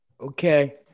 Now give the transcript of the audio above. Okay